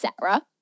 Sarah